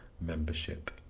membership